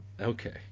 Okay